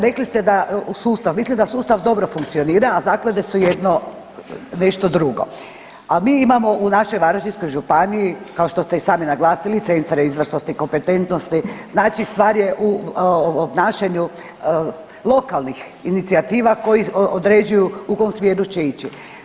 Rekli ste da, u sustav, mislim da sustav dobro funkcionira, a zaklade su jedno, nešto drugo, a mi imamo u našoj Varaždinskoj županiji, kao što ste i sami naglasili, centre izvrsnosti i kompetentnosti, znači stvar je u obnašanju lokalnih inicijativa koji određuju u kom smjeru će ići.